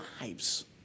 lives